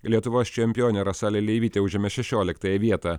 lietuvos čempionė rasa leleivytė užėmė šešioliktąją vietą